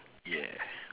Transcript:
yeah